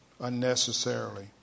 unnecessarily